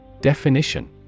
Definition